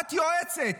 את יועצת.